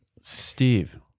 Steve